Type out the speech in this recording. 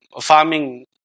farming